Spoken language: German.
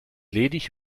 ledig